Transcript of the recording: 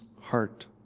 heart